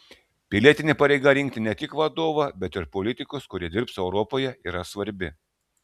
pilietinė pareiga rinkti ne tik vadovą bet ir politikus kurie dirbs europoje yra svarbi